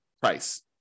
price